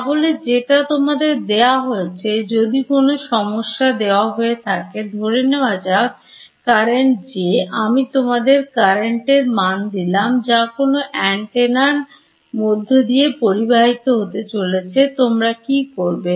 তাহলে যেটা তোমাদের দেওয়া হয়েছে যদি কোন সমস্যা দেওয়া হয়ে থাকে ধরে নেওয়া যাক Current J আমি তোমাদের Current এর মান দিলাম যা কোন Antenna এর মধ্য দিয়ে প্রবাহিত হয়ে চলেছে তোমরা কি করবে